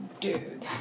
dude